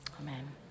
amen